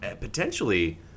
potentially